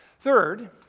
Third